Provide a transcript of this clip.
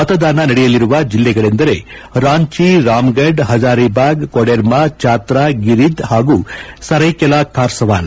ಮತದಾನ ನಡೆಯಲಿರುವ ಜಿಲ್ಲೆಗಳೆಂದರೆ ರಾಂಚಿ ರಾಮ್ಗಢ್ ಪಜಾರಿಬಾಗ್ ಕೊಡೆರ್ಮಾ ಚಾತ್ರಾ ಗಿರಿಧ್ ಪಾಗೂ ಸರ್ಟೆಕೆಲಾ ಖಾರ್ಸವಾನ್